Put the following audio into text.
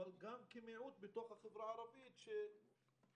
אבל גם כמיעוט בתוך החברה הערבית שסובל